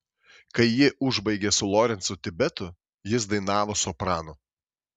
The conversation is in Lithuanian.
kai ji užbaigė su lorencu tibetu jis dainavo sopranu